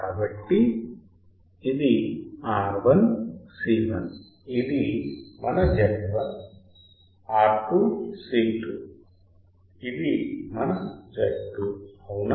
కాబట్టి ఇది R1 C1 ఇది మన Z1 R2 C2 ఇది మన Z2 అవునా